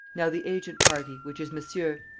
now the agent party, which is monsieur.